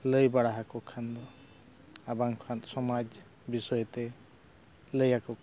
ᱞᱟᱹᱭ ᱵᱟᱲᱟ ᱟᱠᱚ ᱠᱷᱟᱱ ᱫᱚ ᱟᱵᱟᱝ ᱠᱷᱟᱱ ᱥᱚᱢᱟᱡᱽ ᱵᱤᱥᱚᱭᱛᱮ ᱞᱟᱹᱭ ᱟᱠᱚᱠᱷᱟᱱ